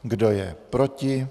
Kdo je proti?